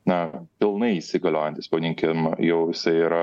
na pilnai įsigaliojantis pavadinkim jau jisai yra